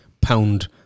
pound